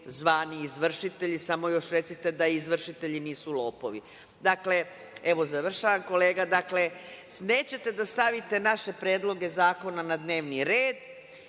zvani izvršitelji. Samo još recite da izvršitelji nisu lopovi. Dakle, evo završavam, kolega. Nećete da stavite naše predloge zakona na dnevni red.